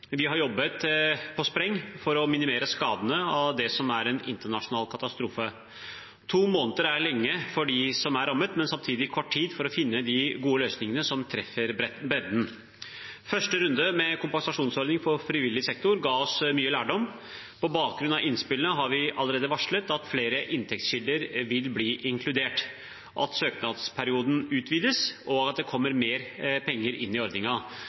Vi har jobbet på spreng for å minimere skadene av det som er en internasjonal katastrofe. To måneder er lenge for dem som er rammet, men samtidig kort tid for å finne de gode løsningene som treffer bredden. Første runde med kompensasjonsordning for frivillig sektor ga oss mye lærdom. På bakgrunn av innspillene har vi allerede varslet at flere inntektskilder vil bli inkludert, at søknadsperioden utvides, og at det kommer mer penger inn i